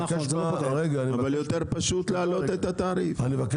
אבל יותר פשוט להעלות את התעריף.